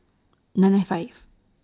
nine nine five